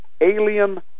alien